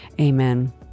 Amen